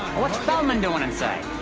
what's feldman doin' inside?